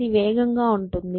ఇది వేగంగా ఉంటుంది